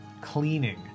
cleaning